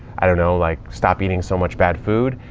i don't know, like stop eating so much bad food,